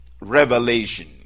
revelation